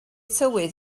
tywydd